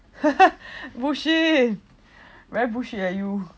bullshit very bullshit leh you